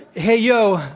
hey, yo,